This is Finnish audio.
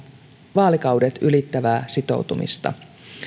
vaalikaudet ylittävää sitoutumista